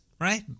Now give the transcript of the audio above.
right